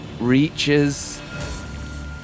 reaches